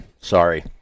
Sorry